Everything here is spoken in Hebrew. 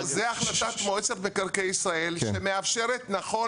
החלטת מועצת מקרקעי ישראל שמאפשרת נכון